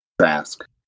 Trask